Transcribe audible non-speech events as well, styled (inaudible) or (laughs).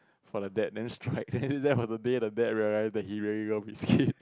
for a dad than strike then (laughs) on the day the dad realise that he really love his kid (laughs)